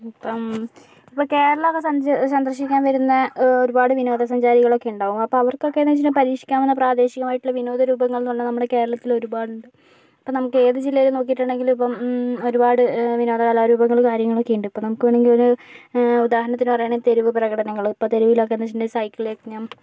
ഇപ്പം ഇപ്പം കേരളമൊക്കെ സഞ്ജു സന്ദർശിക്കാൻ വരുന്ന ഒരുപാട് വിനോദസഞ്ചാരികളക്കേണ്ടാവും അപ്പ അവർക്കക്കേന്ന് വച്ചിട്ടുണ്ടെങ്കി പരീക്ഷിക്കാവുന്ന പ്രാദേശികമായിട്ടുള്ള വിനോദ രൂപങ്ങൾന്ന് പറഞ്ഞാ നമ്മുടെ കേരളത്തില് ഒരുപാടുണ്ട് ഇപ്പ നമുക്ക് ഏത് ജില്ലേലും നോക്കീട്ടൊണ്ടെങ്കിലും ഇപ്പം ഒരുപാട് വിനോദ കലാരൂപങ്ങള് കാര്യങ്ങളൊക്കേണ്ട് ഇപ്പ നമുക്ക് വേണങ്കി ഒരു ഉദാഹരണത്തിന് പറയുവാണെങ്കി തെരുവ് പ്രകടങ്ങള് ഇപ്പ തെരുവിലക്കേന്ന് വച്ചിട്ടുണ്ടെങ്കില് സൈക്കിൾ യജ്ഞം